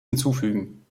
hinzufügen